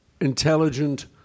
intelligent